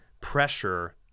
pressure